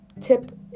tip